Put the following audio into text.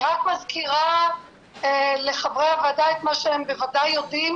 אני רק מזכירה לחברי הוועדה את מה שהם בוודאי יודעים,